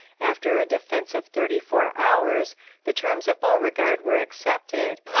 after a defence of thirty-four hours the terms of beauregard were accepted,